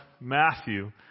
Matthew